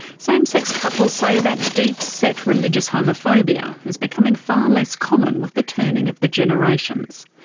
same-sex couples say that deep-set religious homophobia is becoming far less common with the turning of the generations.